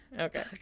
Okay